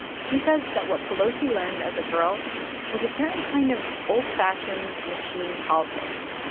she says that what pelosi learned as a girl was a certain kind of old-fashioned machine politics.